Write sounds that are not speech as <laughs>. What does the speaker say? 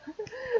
<laughs>